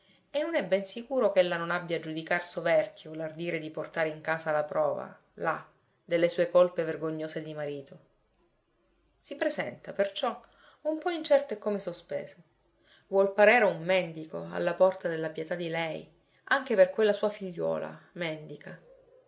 e non è ben sicuro ch'ella non abbia a giudicar soverchio l'ardire di portarle in casa la prova là delle sue colpe vergognose di marito si presenta perciò un po incerto e come sospeso vuol parere un mendico alla porta della pietà di lei anche per quella sua figliuola mendica